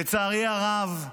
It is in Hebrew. לצערי הרב,